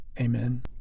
Amen